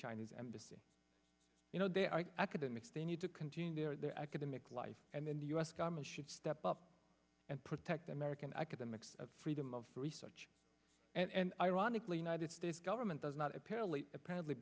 chinese embassy you know they are academics they need to continue their academic life and then the u s government should step up and protect american academics freedom of research and ironically united states government does not apparently apparently